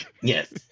Yes